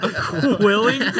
quilling